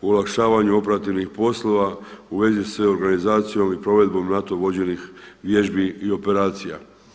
u olakšavanju operativnih poslova u vezi s organizacijom i provedbom NATO vođenih vježbi i operacija.